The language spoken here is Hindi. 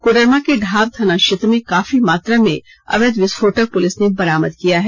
कोडरमा के ढाब थाना क्षेत्र में काफी मात्रा में अवैध विस्फोटक पुलिस ने बरामद किया है